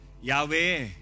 Yahweh